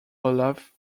olaf